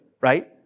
Right